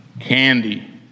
candy